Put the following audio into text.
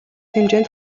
хэмжээнд